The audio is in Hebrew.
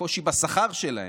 הקושי בשכר שלהם,